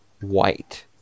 White